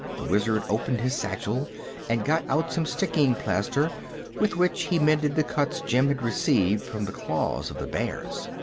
the wizard opened his satchel and got out some sticking-plaster with which he mended the cuts jim had received from the claws of the bears.